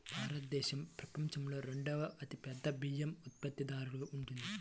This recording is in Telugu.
భారతదేశం ప్రపంచంలో రెండవ అతిపెద్ద బియ్యం ఉత్పత్తిదారుగా ఉంది